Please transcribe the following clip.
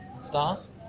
stars